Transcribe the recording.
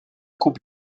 coupe